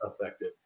effective